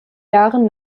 jahren